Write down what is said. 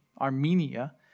Armenia